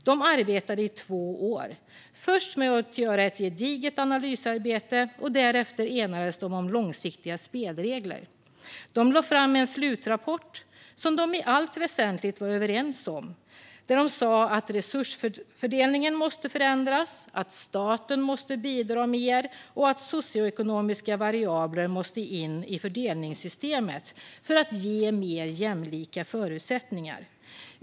De arbetade i två år, först med att göra ett gediget analysarbete, och därefter enades de om långsiktiga spelregler. De lade fram en slutrapport som de i allt väsentligt var överens om. Där sa de att resursfördelningen måste förändras, att staten behöver bidra mer och att socioekonomiska variabler måste in i fördelningssystemet för att ge mer jämlika förutsättningar.